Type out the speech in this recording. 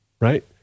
right